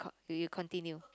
you you continue